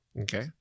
Okay